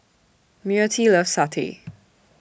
Myrtie loves Satay